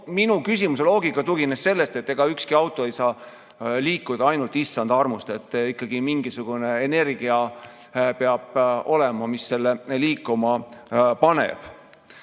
Minu küsimuse loogika tugines sellele, et ega ükski auto ei saa liikuda ainult issanda armust, ikkagi mingisugune energia peab olema, mis selle liikuma paneb. Ja